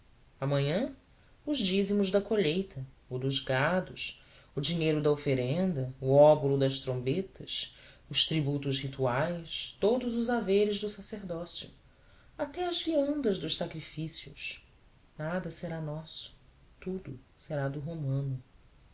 amanhã os dízimos da colheita o dos gados o dinheiro da oferenda o óbolo das trombetas os tributos rituais todos os haveres do sacerdócio até as viandas dos sacrifícios nada será nosso tudo será do romano